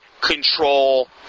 control